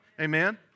Amen